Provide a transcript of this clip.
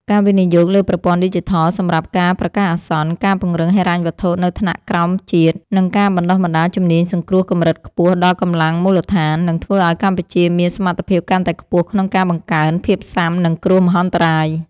ការវិនិយោគលើប្រព័ន្ធឌីជីថលសម្រាប់ការប្រកាសអាសន្ន ការពង្រឹងហិរញ្ញវត្ថុនៅថ្នាក់ក្រោមជាតិ និងការបណ្ដុះបណ្ដាលជំនាញសង្គ្រោះកម្រិតខ្ពស់ដល់កម្លាំងមូលដ្ឋាន នឹងធ្វើឱ្យកម្ពុជាមានសមត្ថភាពកាន់តែខ្ពស់ក្នុងការបង្កើន ភាពស៊ាំនឹងគ្រោះមហន្តរាយ ។